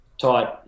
tight